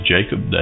Jacob